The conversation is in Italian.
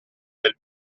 del